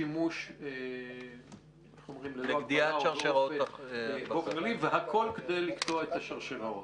שימוש ללא הגבלה --- והכול כדי לקטוע את השרשראות.